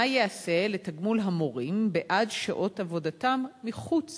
מה ייעשה לתגמול המורים בעד שעות עבודתם מחוץ